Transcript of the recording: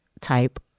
type